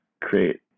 create